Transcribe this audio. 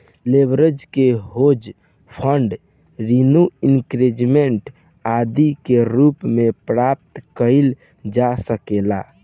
leverage के hedge fund renew increment आदि के रूप में प्राप्त कईल जा सकेला